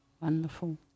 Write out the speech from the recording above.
Wonderful